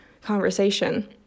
conversation